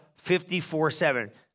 54-7